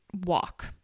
walk